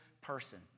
person